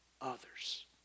others